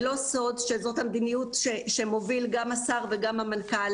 זה לא סוד שזאת המדיניות שמוביל השר והמנכ"ל